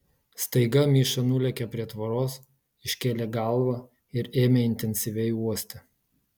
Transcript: staiga miša nulėkė prie tvoros iškėlė galvą ir ėmė intensyviai uosti